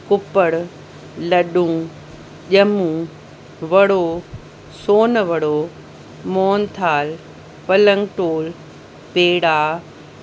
कुपड़ लॾूं ॼम्मूं वड़ो सोन वड़ो मोहन थाल पलंग टोल पेड़ा